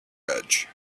edge